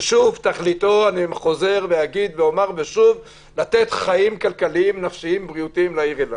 ששוב תכליתו לתת חיים כלכליים נפשיים ובריאותיים לעיר אילת.